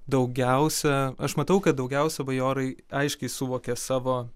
daugiausia aš matau kad daugiausia bajorai aiškiai suvokė savo